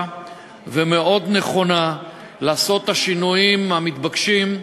ומאוד נכונה לעשות את השינויים המתבקשים.